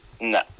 No